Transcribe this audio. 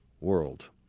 world